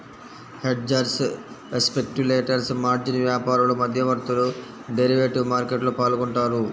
hedgers, speculators, margin వ్యాపారులు, మధ్యవర్తులు derivative మార్కెట్లో పాల్గొంటారు